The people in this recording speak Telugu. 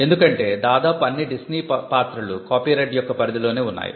ఎందుకంటే దాదాపు అన్ని డిస్నీ పాత్రలు కాపీరైట్ యొక్క పరిధి లోనే ఉన్నాయి